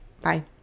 Bye